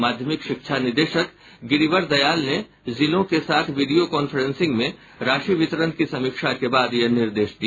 माध्यमिक शिक्षा निदेशक गिरिवर दयाल ने जिलों के साथ वीडियो कांफ्रेंसिंग में राशि वितरण की समीक्षा के बाद यह निर्देश दिया